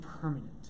permanent